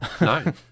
no